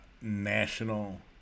national